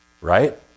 Right